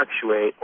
fluctuate